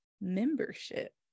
membership